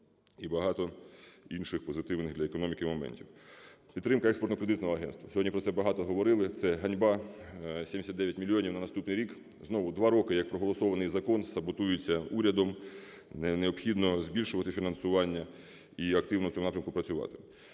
і багато інших позитивних для економіки моментів. Підтримка Експортно-кредитного агентства. Сьогодні про це багато говорили. Це ганьба: 79 мільйонів на наступний рік. Знову 2 роки як проголосований закон саботується урядом, необхідно збільшувати фінансування і активно в цьому напрямку працювати.